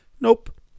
Nope